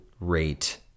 rate